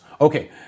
Okay